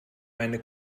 meine